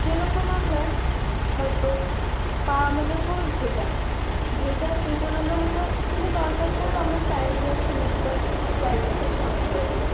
সেইরকম আমরা হয়তো পা আমাদের খুবই ভেজা ভেজা সেই জন্য আমরা হয়তো কিছু দরকার পড়ল আমরা হয়তো ফ্যানের সুইচ বা লাইটের সুইচ অন করে দিই